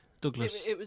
Douglas